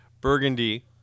Burgundy